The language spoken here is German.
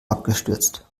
abgestürzt